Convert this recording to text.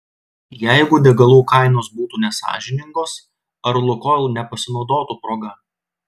jeigu degalų kainos būtų nesąžiningos ar lukoil nepasinaudotų proga